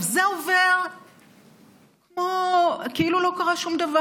זה עובר כאילו לא קרה שום דבר.